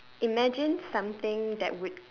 imagine something that would